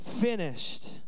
finished